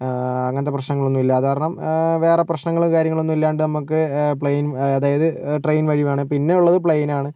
അങ്ങനത്തെ പ്രശ്നങ്ങളൊന്നും ഇല്ല അത് കാരണം വേറെ പ്രശ്നങ്ങളും കാര്യങ്ങളും ഒന്നും ഇല്ലാണ്ട് നമുക്ക് പ്ലെയിൻ അതായത് ട്രെയിന് വഴി വേണമെങ്കില് പിന്നെ ഉള്ളത് പ്ലൈന് ആണ്